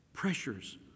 pressures